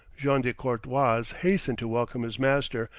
jean de courtois hastened to welcome his master,